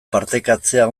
partekatzea